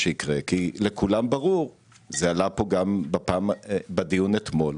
לכולם ברור, וזה עלה גם בדיון אתמול,